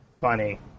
Funny